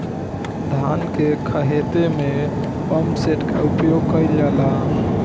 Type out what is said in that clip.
धान के ख़हेते में पम्पसेट का उपयोग कइल जाला?